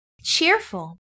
Cheerful